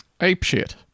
Apeshit